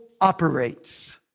operates